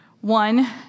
One